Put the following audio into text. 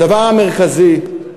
הדבר המרכזי,